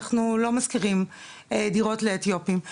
אנחנו לא משכירים דירות לאתיופים".